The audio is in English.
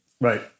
Right